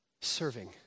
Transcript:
serving